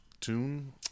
tune